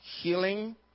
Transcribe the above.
healing